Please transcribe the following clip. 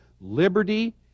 liberty